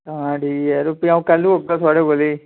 तां ठीक ऐ यरो तां कल औंग थुआढ़े कोल ही